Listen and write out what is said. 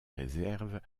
réserves